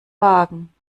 wagen